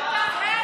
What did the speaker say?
אתה חדשות העבר.